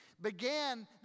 began